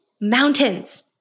mountains